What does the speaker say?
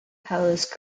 palace